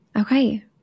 Okay